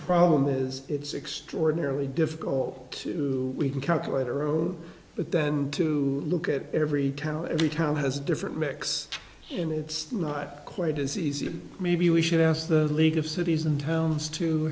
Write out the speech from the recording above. problem is it's extraordinarily difficult to we can calculate a road but then to look at every town every town has a different mix and it's not quite as easy maybe we should ask the league of cities and towns to